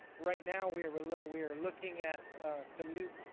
right now we are we're we're looking at some new,